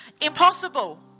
Impossible